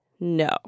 no